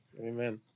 Amen